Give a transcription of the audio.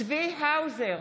צבי האוזר,